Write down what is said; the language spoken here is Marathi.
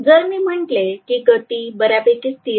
जर मी म्हटले की गती बऱ्यापैकी स्थिर आहे